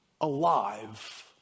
alive